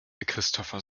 christopher